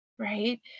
right